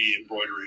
embroidery